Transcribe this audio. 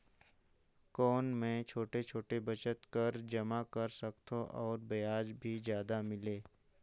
कौन मै छोटे छोटे बचत कर जमा कर सकथव अउ ब्याज भी जादा मिले?